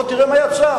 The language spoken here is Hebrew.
בוא תראה מה יצא.